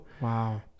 Wow